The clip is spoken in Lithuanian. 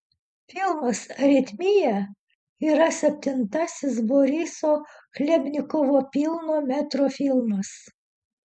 filmas aritmija yra septintasis boriso chlebnikovo pilno metro filmas